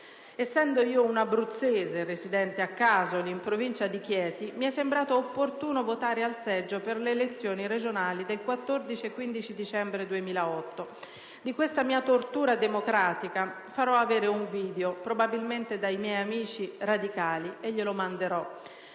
Essendo io un abruzzese residente a Casoli in provincia di Chieti, mi è sembrato opportuno votare al seggio per le elezioni regionali del 14 e 15 dicembre 2008. Di questa mia tortura "democratica" farò fare un video - probabilmente dai miei amici radicali - e glielo manderò.